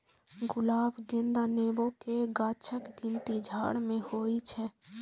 गुलाब, गेंदा, नेबो के गाछक गिनती झाड़ मे होइ छै